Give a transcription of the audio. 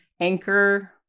Anchor